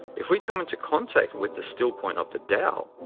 if we come into contact with the still point of the tao,